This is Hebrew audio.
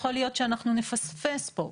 יכול להיות שאנחנו נפספס פה.